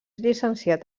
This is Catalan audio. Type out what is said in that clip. llicenciat